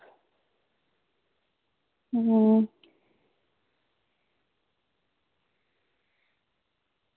हूं